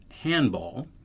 handball